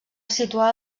situar